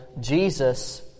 Jesus